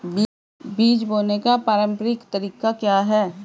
बीज बोने का पारंपरिक तरीका क्या है?